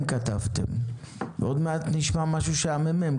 כתבתם ועוד מעט נשמע משהו שה-מ.מ.מ.